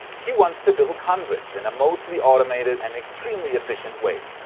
he wants to build hundreds in a mostly automated and extremely efficient way.